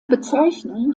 bezeichnung